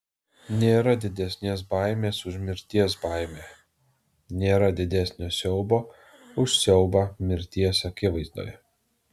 nėra didesnės baimės už mirties baimę nėra didesnio siaubo už siaubą mirties akivaizdoje